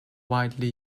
widely